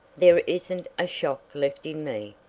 there isn't a shock left in me,